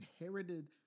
inherited